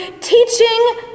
teaching